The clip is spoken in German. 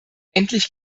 endlich